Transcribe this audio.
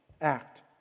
act